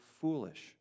foolish